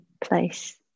place